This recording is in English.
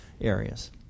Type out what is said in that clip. areas